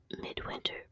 Midwinter